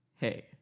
hey